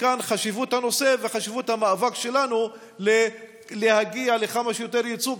מכאן חשיבות הנושא וחשיבות המאבק שלנו להגיע לכמה שיותר ייצוג,